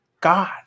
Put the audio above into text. God